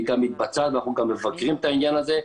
והיא גם מתבצעת ואנחנו גם מבקרים את העניין הזה,